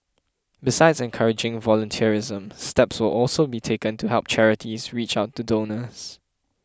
besides encouraging volunteerism steps will also be taken to help charities reach out to donors